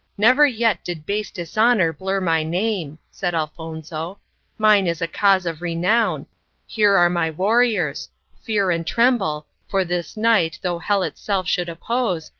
never yet did base dishonor blur my name, said elfonzo mine is a cause of renown here are my warriors fear and tremble, for this night, though hell itself should oppose,